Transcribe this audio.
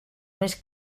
més